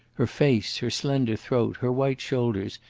her face, her slender throat, her white shoulders,